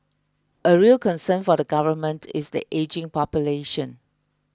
a real concern for the government is the ageing population